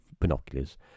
binoculars